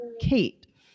Kate